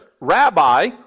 rabbi